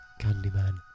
Candyman